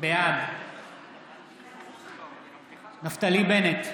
בעד נפתלי בנט,